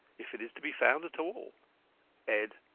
if it is to be found at all ed.